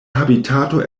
habitato